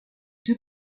deux